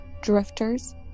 drifters